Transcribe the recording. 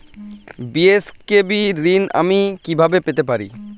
BSKB ঋণ আমি কিভাবে পেতে পারি?